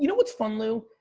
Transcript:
you know what's fun, lou?